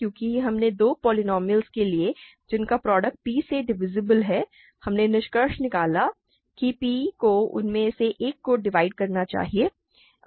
क्योंकि हमने दो पोलीनोमिअलस लिए हैं जिनका प्रॉडक्ट p से डिवीसीब्ल है और हमने निष्कर्ष निकाला है कि p को उनमें से एक को डिवाइड करना चाहिए